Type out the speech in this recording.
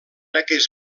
aquests